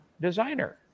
designer